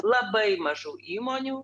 labai mažų įmonių